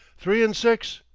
three n six,